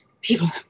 people